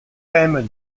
thème